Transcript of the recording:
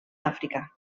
àfrica